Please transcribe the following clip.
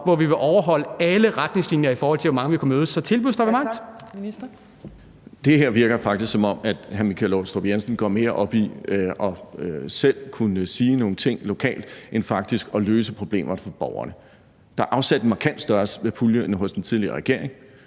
Tak. Ministeren. Kl. 14:34 Transportministeren (Benny Engelbrecht): Det her virker faktisk, som om hr. Michael Aastrup Jensen går mere op i selv at kunne sige nogle ting lokalt end i faktisk at løse problemer for borgerne. Der er afsat en markant større pulje end hos den tidligere regering,